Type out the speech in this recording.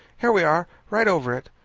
here we are, right over it.